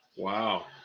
Wow